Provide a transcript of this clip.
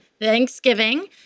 Thanksgiving